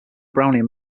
brownian